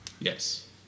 Yes